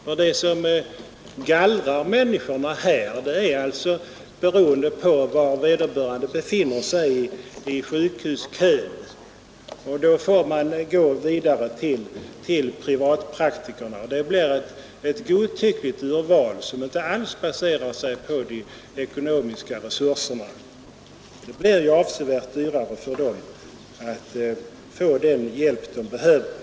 Vad som gallrar människorna är placeringen i sjukhuskön — de som står långt bak i kön får gå till privatpraktikerna. Det sker på det sättet ett godtyckligt urval, som inte alls har att göra med vars och ens behov av vård eller ekonomiska resurser. Vården blir ju avsevärt dyrare för dem som söker privatläkare för att få den hjälp de behöver.